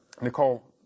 Nicole